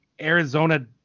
Arizona